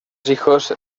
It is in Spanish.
hijos